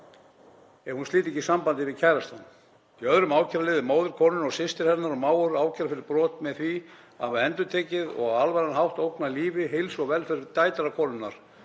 ef hún sliti ekki sambandi sínu við kærastann. Í öðrum ákærulið er móðir konunnar, systir hennar og mágur ákærð fyrir brot með því að hafa endurtekið og á alvarlegan hátt ógnað lífi, heilsu og velferð dætra konunnar,